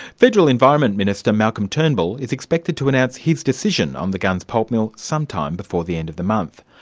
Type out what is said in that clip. federal environment minister, malcolm turnbull, is expected to announce his decision on the gunns pulp mill some time before the end of the month.